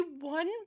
one